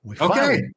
okay